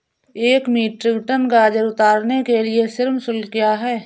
एक metric ton गाजर उतारने के लिए श्रम शुल्क क्या है?